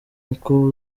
uko